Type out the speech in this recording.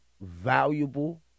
valuable